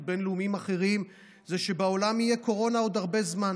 בין-לאומיים אחרים הן שבעולם תהיה קורונה עוד הרבה זמן,